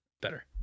Better